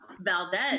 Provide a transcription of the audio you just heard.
Valdez